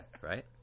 Right